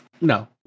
no